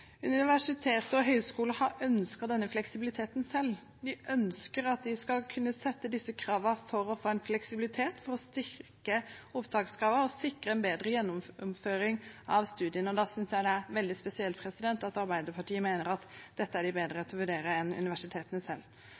og høyskolene har ønsket denne fleksibiliteten selv. De ønsker at de skal kunne stille disse kravene for å få en fleksibilitet, for å styrke opptakskravene og for å sikre en bedre gjennomføring av studiene. Da synes jeg det er veldig spesielt at Arbeiderpartiet mener at dette er de bedre til å vurdere enn universitetene selv.